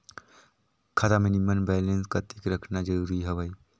खाता मां minimum balance कतेक रखना जरूरी हवय?